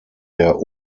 der